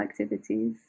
activities